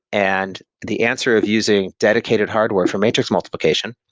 and the answer of using dedicated hardware for matrix multiplication,